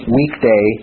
weekday